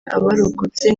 abarokotse